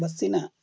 ಬಸ್ಸಿನ